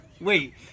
wait